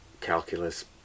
calculus